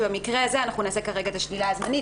שבמקרה הזה נעשה את השלילה הזמנת.